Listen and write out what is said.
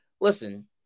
listen